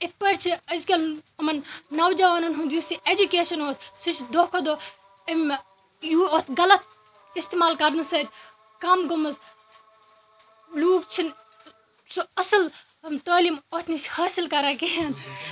یِتھ پٲٹھۍ چھِ أزکٮ۪ن اُمَن نَوجَوانَن ہُند یُس یہِ ایجوکیشَن اوس سُہ چھُ دۄہ کھوتہٕ دۄہ امہِ یہِ اتھ غلط استعمال کَرنہٕ سۭتۍ کَم گومُت لُکھ چھِنہٕ سُہ اصل تعلیٖم اَتھ نِش حٲصِل کَران کِہیٖنۍ